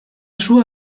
sua